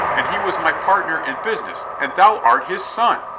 and he was my partner in business, and thou art his son.